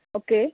okay